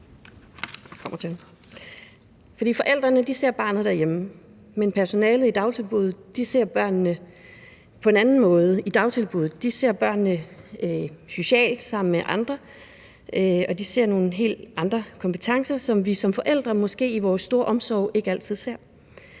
dagtilbuddet ser barnet på en anden måde i dagtilbuddet. De ser barnet socialt sammen med andre, og de ser nogle helt andre kompetencer, som vi som forældre måske i vores store omsorg ikke altid ser.